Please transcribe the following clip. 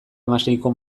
hamaseiko